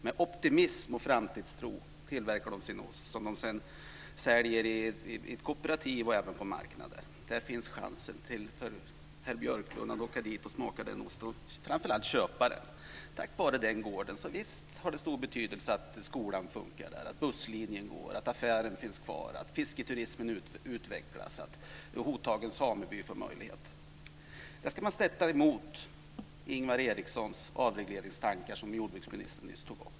Med optimism och framtidstro tillverkar de sin ost, som de sedan säljer i ett kooperativ och även på marknader. Det finns chans för herr Björklund att åka dit och smaka den osten och framför allt köpa den. Tack vare den gården fungerar mycket. Visst har det stor betydelse att skolan funkar, att busslinjen går, att affären finns kvar, att fisketurismen utvecklas och att Hothagens sameby får möjligheter. Det ska man sätta emot Ingvar Erikssons avregleringstankar, som jordbruksministern nyss tog upp.